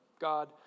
God